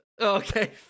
Okay